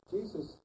Jesus